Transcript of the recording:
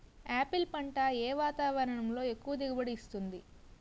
Apple పంట ఏ వాతావరణంలో ఎక్కువ దిగుబడి ఇస్తుంది?